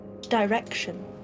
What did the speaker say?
Direction